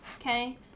Okay